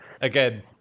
Again